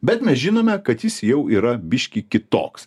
bet mes žinome kad jis jau yra biškį kitoks